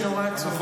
זה נורא עצוב.